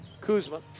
Kuzma